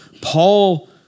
Paul